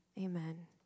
amen